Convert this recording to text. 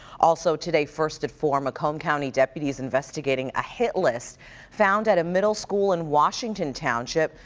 also today, first at four, macomb county deputies investigating a hit list found at a middle school in washington township.